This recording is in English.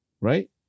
Right